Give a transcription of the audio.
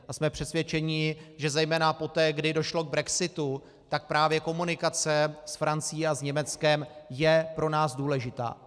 A jsme přesvědčeni, že zejména poté, kdy došlo k brexitu, tak právě komunikace s Francií a s Německem je pro nás důležitá.